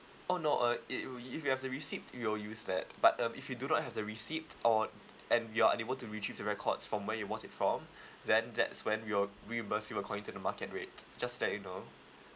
oh no uh it you if you have the receipt you'll use that but um if you do not have the receipt or and you're unable to retrieve the records from where you bought it from then that's when we'll reimburse you according to the market rate just to let you know